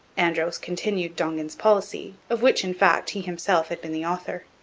andros continued dongan's policy, of which, in fact, he himself had been the author.